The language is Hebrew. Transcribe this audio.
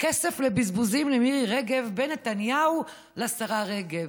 כסף לבזבוזים למירי רגב, בין נתניהו לשרה רגב: